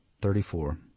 Thirty-four